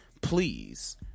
please